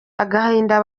agahinda